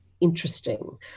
interesting